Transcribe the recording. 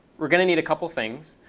we're going to need a couple of things.